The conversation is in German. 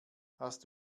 hast